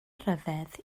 ryfedd